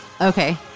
Okay